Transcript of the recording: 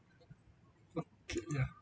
okay yeah